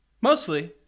Mostly